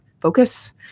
focus